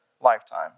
lifetime